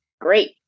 great